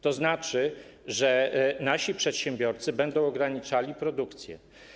To oznacza, że nasi przedsiębiorcy będą ograniczali produkcję.